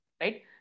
Right